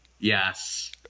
Yes